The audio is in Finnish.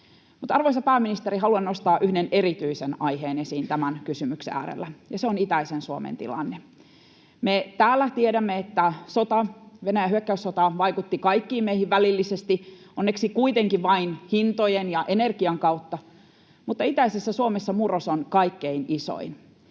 arvoisa pääministeri, haluan nostaa yhden erityisen aiheen esiin tämän kysymyksen äärellä, ja se on itäisen Suomen tilanne. Me täällä tiedämme, että Venäjän hyökkäyssota vaikutti kaikkiin meihin välillisesti, onneksi kuitenkin vain hintojen ja energian kautta, mutta itäisessä Suomessa murros on kaikkein isoin.